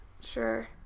sure